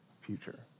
future